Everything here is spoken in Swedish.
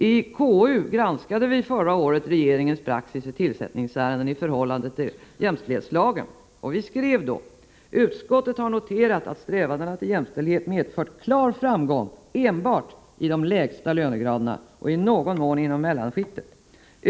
I konstitutionsutskottet granskade vi förra året regeringens praxis vid tillsättningsärenden i förhållande till jämställdhetslagen och skrev då bl.a.: ”Utskottet har också noterat att strävandena till jämställdhet medfört klar framgång enbart i de lägsta lönegraderna och i någon mån inom mellanskiktet.